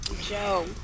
Joe